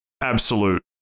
absolute